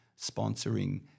sponsoring